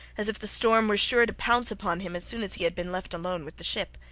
as if the storm were sure to pounce upon him as soon as he had been left alone with the ship.